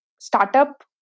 startup